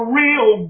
real